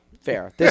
Fair